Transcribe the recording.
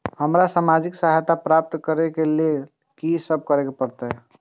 हमरा सामाजिक सहायता प्राप्त करय के लिए की सब करे परतै?